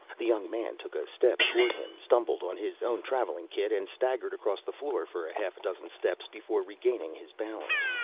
the young man took a step toward him, stumbled on his own traveling kit, and staggered across the floor for a half-dozen steps before regaining his balance.